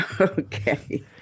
Okay